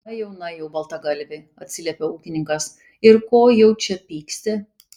na jau na jau baltagalvi atsiliepė ūkininkas ir ko jau čia pyksti